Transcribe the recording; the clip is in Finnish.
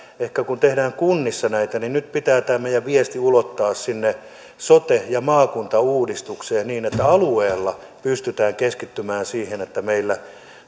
ehkä tehdään kunnissa näitä nyt ulottamaan tämän meidän viestimme sinne sote ja maakuntauudistukseen niin että alueella pystytään keskittymään siihen että meillä